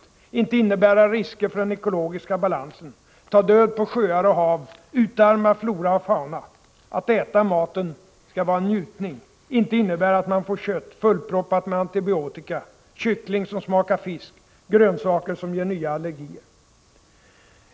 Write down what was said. Det skall inte innebära risker för den ekologiska balansen, ta död på sjöar och hav, utarma flora och fauna. Att äta maten skall vara en njutning, inte innebära att man får kött fullproppat med antibiotika, kyckling som smakar fisk, grönsaker som ger nya allergier.